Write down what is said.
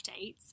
updates